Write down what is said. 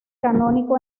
canónico